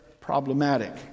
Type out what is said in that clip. problematic